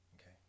Okay